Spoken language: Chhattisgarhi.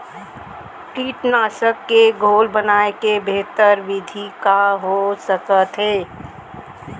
कीटनाशक के घोल बनाए के बेहतर विधि का हो सकत हे?